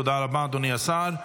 תודה רבה, אדוני השר.